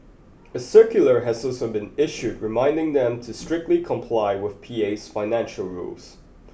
a circular has also been issued reminding them to strictly comply with P A's financial rules